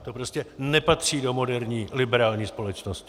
To prostě nepatří do moderní liberální společnosti.